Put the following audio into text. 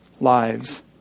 lives